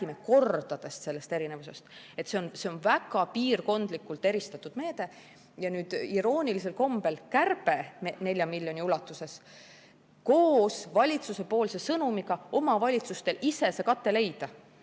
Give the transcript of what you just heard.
mitmekordsest erinevusest. See on väga piirkondlikult eristatud meede ja nüüd iroonilisel kombel kärbe 4 miljoni ulatuses koos valitsuse sõnumiga omavalitsustele ise kate leida